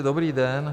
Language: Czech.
Dobrý den.